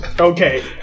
Okay